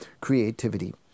creativity